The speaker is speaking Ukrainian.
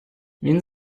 він